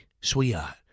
sweetheart